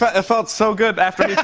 but it felt so good after he